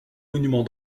monuments